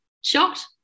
Shocked